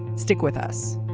stick with us